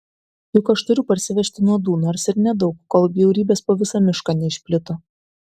juk aš turiu parsivežti nuodų nors ir nedaug kol bjaurybės po visą mišką neišplito